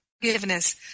forgiveness